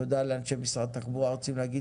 תודה לאנשי משרד התחבורה הארצי.